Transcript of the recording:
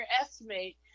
estimate